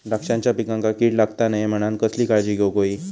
द्राक्षांच्या पिकांक कीड लागता नये म्हणान कसली काळजी घेऊक होई?